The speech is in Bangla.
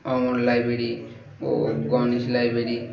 অমল লাইব্রেরি ও গণেশ লাইব্রেরি